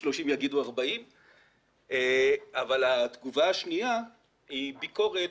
יגידו 40. התגובה השנייה היא ביקורת